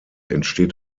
entsteht